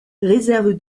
réserve